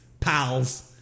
Pals